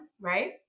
right